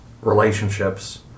relationships